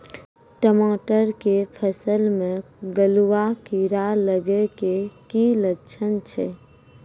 टमाटर के फसल मे गलुआ कीड़ा लगे के की लक्छण छै